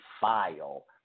file